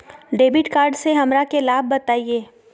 Debit card से हमरा के लाभ बताइए?